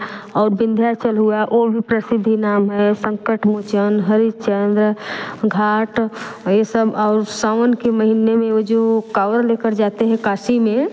और विंध्याचल हुआ वह भी प्रसिद्ध ही नाम है संकट मोचन हरिश्चन्द्र घाट ये सब और सावन के महीने में वह जो कांवर लेकर जाते हैं काशी में